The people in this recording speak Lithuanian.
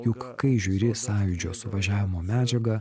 juk kai žiūri sąjūdžio suvažiavimo medžiagą